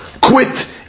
quit